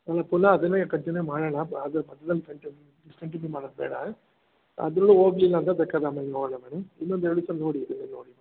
ಅಲ್ಲ ಪುನಃ ಅದನ್ನೇ ಕಂಟಿನ್ಯೂ ಮಾಡೋಣ ಆದರೆ ಮಧ್ಯದಲ್ ಕಂಟಿನ್ಯೂ ಡಿಸ್ಕಂಟಿನ್ಯೂ ಮಾಡೋದು ಬೇಡ ಅದರಲ್ಲೂ ಹೋಗ್ಲಿಲ್ಲ ಅಂದರೆ ಬೇಕಾದರೆ ಆಮೇಲೆ ನೋಡೋಣ ಮೇಡಮ್ ಇನ್ನೊಂದೆರಡು ದಿವಸ ನೋಡಿ ಇದನ್ನೇ ನೋಡಿ ಮೇಡಮ್